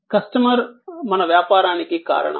customer మా వ్యాపారానికి కారణం